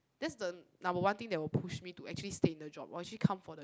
that's the number one thing that will push me to actually stay in the job or actually come for the